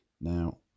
Now